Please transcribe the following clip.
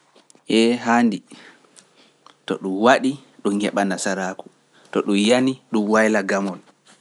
Ee haandi, to ɗum waɗi ɗum heɓa Nasaraaku, to ɗum yani ɗum wayla gamol.